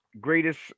Greatest